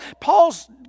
Paul's